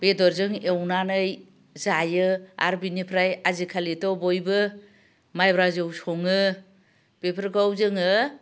बेदरजों एवनानै जायो आरो बिनिफ्राय आजिखालिथ' बयबो माइब्रा जौ सङो बेफोरखौ जोङो